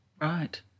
Right